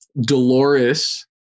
Dolores